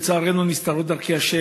לצערנו, נסתרות דרכי ה'.